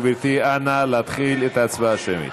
בבקשה, גברתי, אנא, להתחיל את ההצבעה השמית.